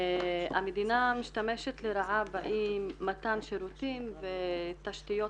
המדינה משתמשת לרעה באי מתן שירותים ותשתיות